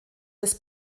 des